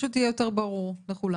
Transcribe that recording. שפשוט יהיה יותר ברור לכולם.